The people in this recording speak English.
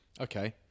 Okay